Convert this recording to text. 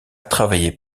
travaillé